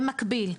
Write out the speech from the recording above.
במקביל,